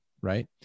Right